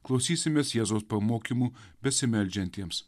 klausysimės jėzaus pamokymų besimeldžiantiems